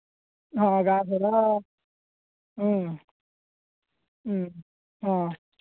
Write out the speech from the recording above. ହଁ ଗାଁ କୁ ତ ହୁଁ ହୁଁ ହଁ